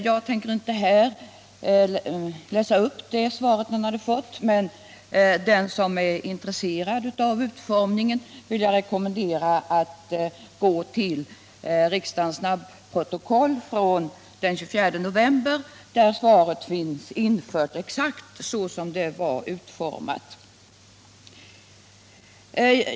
Jag skall inte här läsa upp det svaret. Den som är intresserad av svarets utformning vill jag i stället rekommendera att läsa riksdagens snabbprotokoll för den 24 november. Där finns svaret infört exakt så som det var utformat.